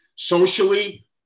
Socially